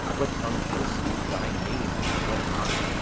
what tongue shall smooth thy name when i,